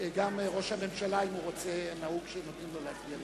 ראש הממשלה, נא לגשת להצביע.